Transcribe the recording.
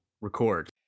record